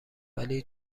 ولی